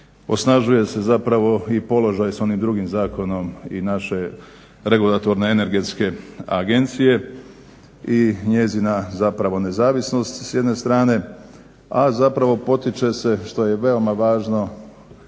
Osnažuje se zapravo i položaj sa onim drugim zakonom i naše Regulatorne energetske agencije i njezina zapravo nezavisnost s jedne strane, a zapravo potiče se što je i veoma važno